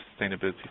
sustainability